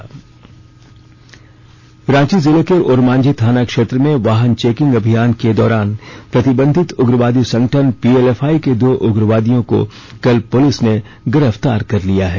नक्सली गिरफ्तार रांची जिले के ओरमांझी थाना क्षेत्र में वाहन चेकिंग अभियान के दौरान प्रतिबंधित उग्रवादी संगठन पीएलएफआई के दो उग्रवादियों को कल पुलिस गिरफ्तार लिया है